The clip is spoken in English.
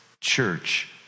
church